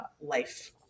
life